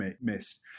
missed